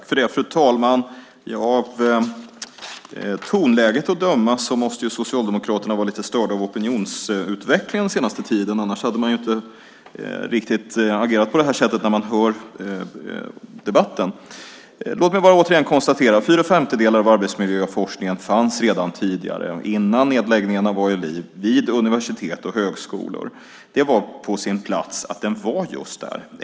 Fru talman! Av tonläget att döma måste Socialdemokraterna vara lite störda av opinionsutvecklingen den senaste tiden, annars hade man inte agerat på det här sättet när man hör debatten. Låt mig återigen konstatera att fyra femtedelar av arbetsmiljöforskningen fanns redan tidigare, före nedläggningen av ALI, vid universitet och högskolor. Det var på sin plats att den var just där.